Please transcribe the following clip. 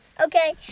Okay